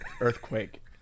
Earthquake